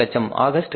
400000 August